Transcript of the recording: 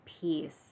peace